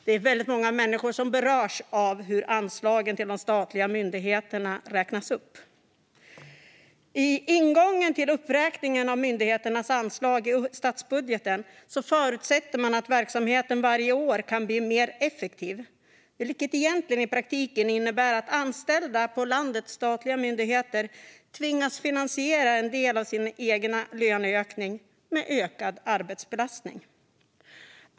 Det är väldigt många människor som berörs av hur anslagen till de statliga myndigheterna räknas upp. Ingången i uppräkningen av myndigheternas anslag i statsbudgeten förutsätter att verksamheten varje år kan bli mer effektiv, vilket i praktiken innebär att anställda på landets statliga myndigheter tvingas finansiera en del av sin egen löneökning med ökad arbetsbelastning.